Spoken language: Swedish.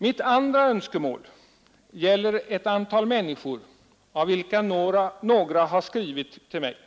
Mitt andra önskemål gäller ett antal människor av vilka några skrivit till mig.